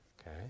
Okay